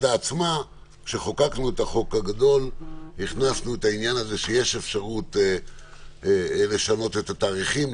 כשחוקקנו את החוק הגדול אמרנו שיש אפשרות לשנות את התאריכים,